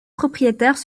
propriétaires